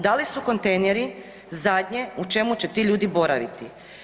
Da li su kontejneri zadnje u čemu će ti ljudi boraviti?